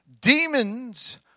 Demons